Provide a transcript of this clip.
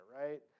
right